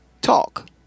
talk